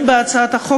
בהצעת החוק